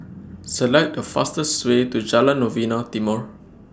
Select The fastest Way to Jalan Novena Timor